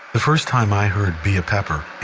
the first time i heard be a pepper in